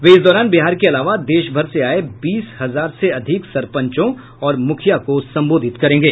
वे इस दौरान बिहार के अलावा देश् भर से आए बीस हजार से अधिक सरपंचों और मुखिया को संबोधित करेंगे